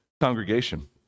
congregation